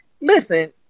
Listen